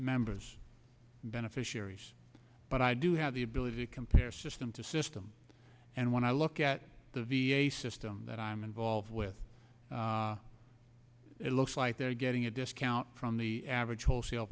members beneficiaries but i do have the ability to compare system to system and when i look at the v a system that i'm involved with it looks like they're getting a discount from the average wholesale